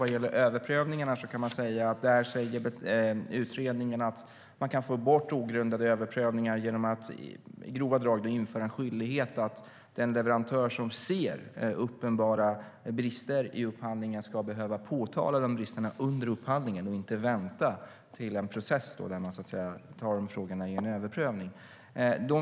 Vad gäller överprövningar säger utredningen att man kan få bort ogrundade överprövningar genom att i grova drag införa en skyldighet för den leverantör som ser uppenbara brister i upphandlingen att påtala dessa brister under upphandlingen och inte vänta till en process där man tar frågorna i en överprövning.